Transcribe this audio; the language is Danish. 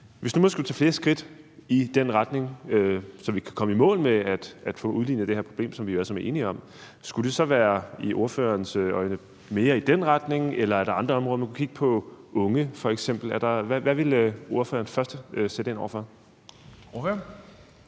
Hvis man nu skulle tage flere skridt i den retning, så vi kan komme i mål med at få løst det her problem, som vi alle sammen er enige om der er, skulle det så i ordførerens øjne være mere i den retning, eller er der andre områder, man kunne kigge på, unge f.eks.? Hvad ville ordføreren først sætte ind over for?